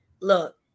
look